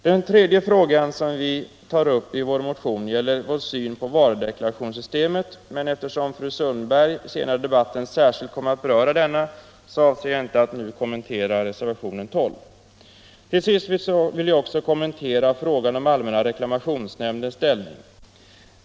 Den tredje frågan som vi tar upp i vår motion gäller vår syn på varudeklarationssystemet, men eftersom fru Sundberg senare i debatten särskilt kommer att beröra denna, avser jag inte att kommentera reservationen 12. Till sist vill jag också kommentera frågan om allmänna reklamationsnämndens ställning.